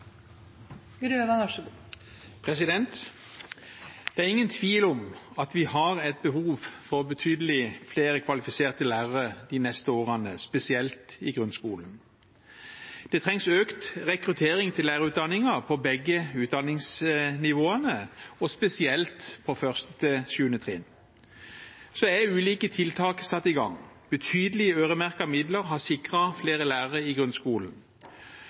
Det er ingen tvil om at vi har et behov for betydelig flere kvalifiserte lærere de neste årene, spesielt i grunnskolen. Det trengs økt rekruttering til lærerutdanningen på begge utdanningsnivåene, spesielt på 1.–7. trinn. Ulike tiltak er satt i gang. Betydelige øremerkete midler har sikret flere lærere i grunnskolen,